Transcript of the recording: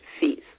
fees